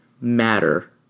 matter